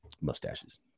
mustaches